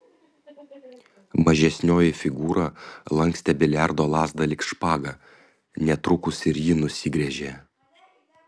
mažesnioji figūra lankstė biliardo lazdą lyg špagą netrukus ir ji nusigręžė